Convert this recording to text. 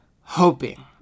hoping